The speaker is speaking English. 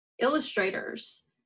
illustrators